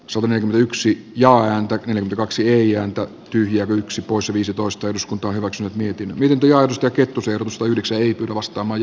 suhonen yksi ja häntä kaksi neljään tyhjä yksi poissa viisitoista eduskunta on hyväksynyt mietin videosta kettus edustaa yhdeksää vastaamaan